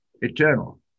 Eternal